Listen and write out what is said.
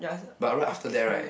but right after that right